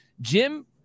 Jim